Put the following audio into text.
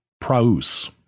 praus